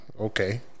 okay